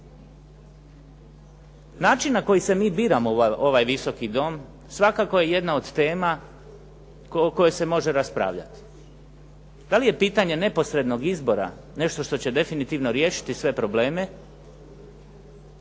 Način na koji se mi biramo u ovaj Visoki dom svakako je jedna od tema o kojoj se može raspravljati. Da li je pitanje neposrednog izbora nešto što će definitivno riješiti sve probleme,